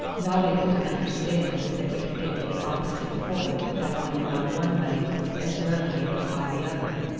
not able to understand that we could get to the opposite point by going round one way as readily as by the other.